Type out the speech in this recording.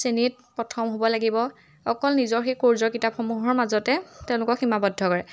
শ্ৰেণীত প্ৰথম হ'ব লাগিব অকল নিজৰ সেই কৌৰ্চৰ কিতাপসমূহৰ মাজতে তেওঁলোকক সীমাবদ্ধ কৰে